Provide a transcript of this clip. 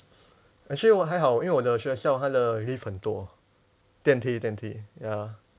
actually 我还好因为我的学校它的 lift 很多电梯电梯 ya